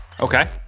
okay